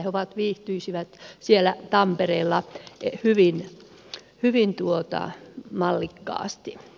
he viihtyisivät siellä tampereella hyvin mallikkaasti